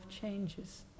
changes